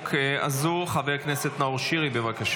חבר הכנסת נאור שירי ביקש